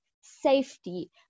safety